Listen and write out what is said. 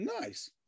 Nice